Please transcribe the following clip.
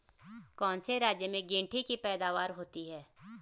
कौन से राज्य में गेंठी की पैदावार होती है?